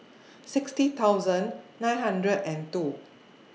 sixty thousand nine hundred and two